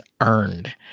earned